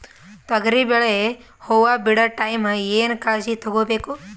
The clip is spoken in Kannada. ತೊಗರಿಬೇಳೆ ಹೊವ ಬಿಡ ಟೈಮ್ ಏನ ಕಾಳಜಿ ತಗೋಬೇಕು?